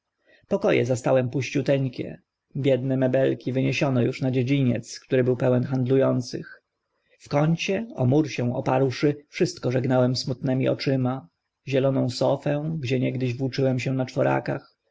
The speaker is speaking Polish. e zastałem puściuteńkie biedne mebelki wyniesiono uż na dziedziniec który był pełen handlu ących w kącie o mur się oparłszy wszystko żegnałem smutnymi oczami zieloną sofę gdzie niegdyś włóczyłem się na czworakach